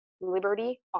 liberty